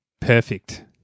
perfect